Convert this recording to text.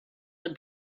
the